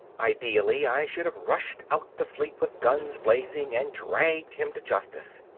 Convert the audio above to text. ideally i should have rushed out the fleet with guns blazing and dragged him to justice.